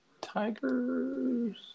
Tigers